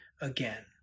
again